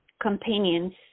companions